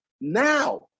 now